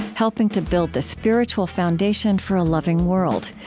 helping to build the spiritual foundation for a loving world.